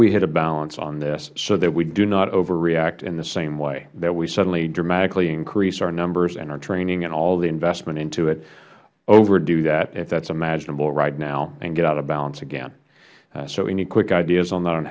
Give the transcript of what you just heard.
we hit a balance on this so that we do not overreact in the same way that we suddenly dramatically increase our numbers and our training and all the investment into it overdo that if that is imaginable right now and get out of balance again any quick ideas on that on